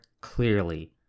clearly